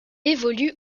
évolue